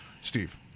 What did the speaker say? Steve